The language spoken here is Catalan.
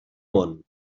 món